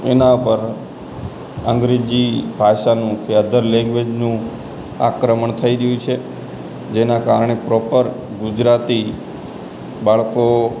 એના પર અંગ્રેજી ભાષાનું કે અધર લૅંગ્વેજનું આક્રમણ થઇ રહ્યું છે જેનાં કારણે પ્રોપર ગુજરાતી બાળકો